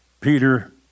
Peter